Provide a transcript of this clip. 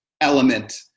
element